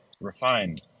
refined